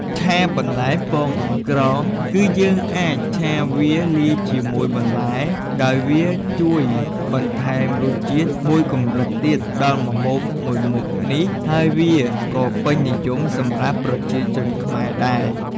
ឆាបន្លែពងអង្រ្កង គឺយើងអាចឆាវាលាយជាមួយបន្លែ ដោយវាជួយបន្ថែមរសជាតិមួយកម្រិតទៀតដល់ម្ហូបមួយមុខនេះ ហើយវាក៏ពេញនិយមសម្រាប់ប្រជាជនខ្មែរដែរ។